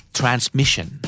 transmission